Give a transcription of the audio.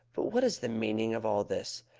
but what is the meaning of all this?